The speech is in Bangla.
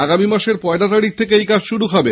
আগামী মাসের পয়লা তারিখ থেকে এই কাজ শুরু হবে